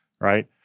right